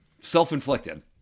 self-inflicted